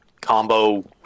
combo